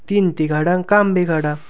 तीन तिगाडा अन् काम बिघाडा